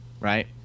Right